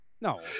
No